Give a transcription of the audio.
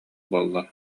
буолла